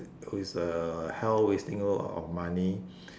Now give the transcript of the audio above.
who is uh hell wasting a lot of money